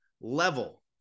level